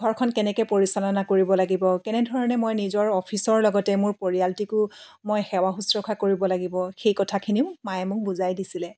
ঘৰখন কেনেকে পৰিচালনা কৰিব লাগিব কেনেধৰণে মই নিজৰ অফিচৰ লগত মোৰ পৰিয়ালটিকো মই সেৱা শুশ্ৰূষা কৰিব লাগিব সেই কথাখিনিও মায়ে মোক বুজাই দিছিলে